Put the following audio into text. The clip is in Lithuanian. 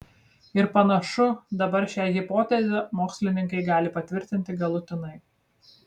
ir panašu dabar šią hipotezę mokslininkai gali patvirtinti galutinai